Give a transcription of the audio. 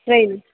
train